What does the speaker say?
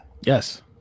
yes